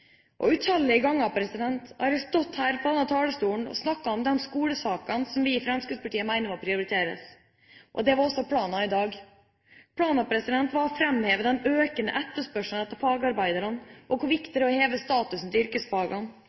Utallige ganger har jeg stått her på denne talerstolen og snakket om de skolesakene som vi i Fremskrittspartiet mener må prioriteres. Det var også planen i dag. Planen var å framheve den økende etterspørselen etter fagarbeidere, hvor viktig det er å heve statusen